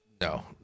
No